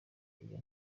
iyo